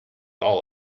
all